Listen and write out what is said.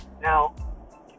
Now